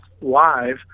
live